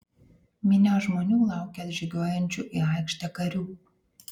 minia žmonių laukė atžygiuojančių į aikštę karių